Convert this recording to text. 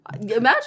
imagine